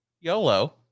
YOLO